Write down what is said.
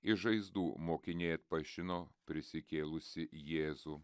iš žaizdų mokiniai atpažino prisikėlusį jėzų